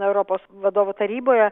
europos vadovų taryboje